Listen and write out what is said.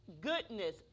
goodness